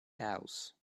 house